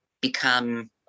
become